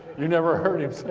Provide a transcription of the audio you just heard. you never heard him say